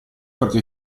perché